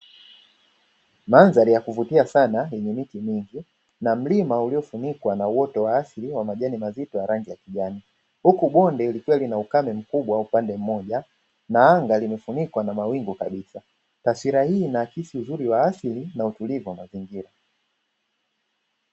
Mandhari ya kuvutia sana yenye miti mingi na mlima uliofunikwa na uoto wa asili wa majani mazito ya rangi ya kijani, huku bonde likiwa lina ukame mkubwa upande mmoja na anga limefunikwa na mawingu kabisa, taswira hii inaakisi uzuri wa asili na utulivu wa mazingira.